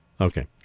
Okay